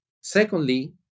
Secondly